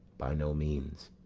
by no means,